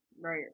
right